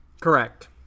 Correct